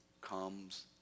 comes